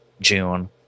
June